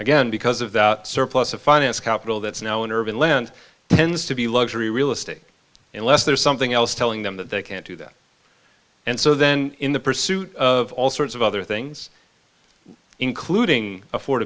again because of the surplus of finance capital that's now in urban lent tends to be luxury realistic unless there's something else telling them that they can't do that and so then in the pursuit of all sorts of other things including afford